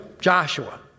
Joshua